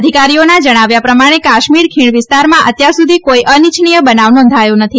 અધિકારીઓના જણાવ્યા પ્રમાણે કાશ્મીર ખીણ વિસ્તારમાં અત્યાર સુધી કોઇ અનિચ્છનીય બનાવ નોંધાયો નથી